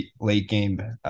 late-game